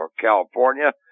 California